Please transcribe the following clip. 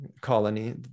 colony